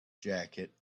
jacket